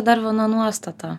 dar viena nuostata